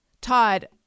Todd